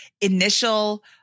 initial